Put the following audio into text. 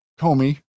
Comey